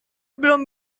belum